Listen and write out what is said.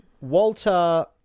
Walter